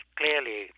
clearly